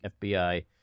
FBI